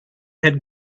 had